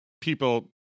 people